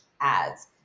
ads